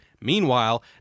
Meanwhile